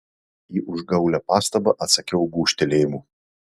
į užgaulią pastabą atsakiau gūžtelėjimu